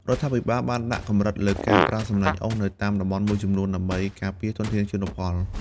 រដ្ឋាភិបាលបានដាក់កម្រិតលើការប្រើសំណាញ់អូសនៅតំបន់មួយចំនួន ដើម្បីការពារធនធានជលផល។